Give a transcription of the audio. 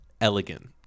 elegant